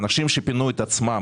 אנשים שפינו את עצמם,